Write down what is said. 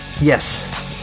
Yes